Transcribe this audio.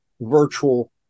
virtual